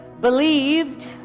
believed